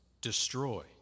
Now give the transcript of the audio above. destroy